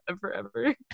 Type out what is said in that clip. forever